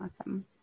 Awesome